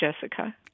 Jessica